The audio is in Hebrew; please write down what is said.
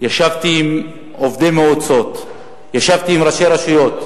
ישבתי עם עובדי מועצות, ישבתי עם ראשי רשויות,